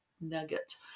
nugget